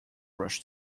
rushed